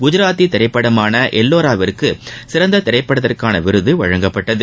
குஐராத்தி திரைப்படமான எல்லாரோவிற்கு சிறந்த திரைப்படத்திற்கான விருது வழங்கப்பட்டது